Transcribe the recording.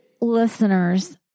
listeners